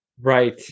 right